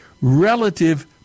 relative